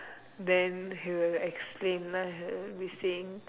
then he will explain ah he will be saying